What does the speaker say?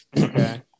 Okay